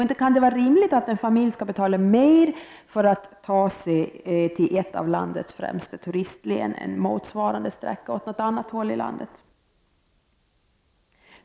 Inte kan det vara rimligt att en familj skall betala mer för att ta sig till ett av landets främsta turistlän än för motsvarande sträcka åt ett annat håll i landet.